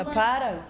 para